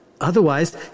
Otherwise